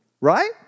Right